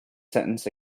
sentence